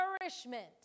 nourishment